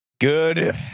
Good